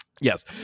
Yes